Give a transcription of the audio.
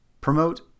Promote